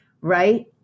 Right